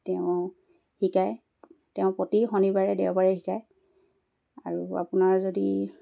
তেওঁ শিকায় তেওঁ প্ৰতি শনিবাৰে দেওবাৰে শিকায় আৰু আপোনাৰ যদি